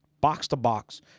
box-to-box